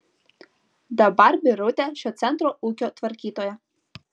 dabar birutė šio centro ūkio tvarkytoja